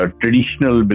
traditional